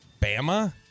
Bama